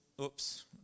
Oops